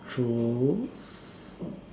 true